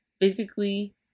physically